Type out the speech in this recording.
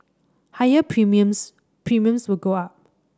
higher premiums premiums will go up